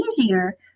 easier